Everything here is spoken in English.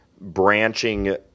branching